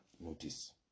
notice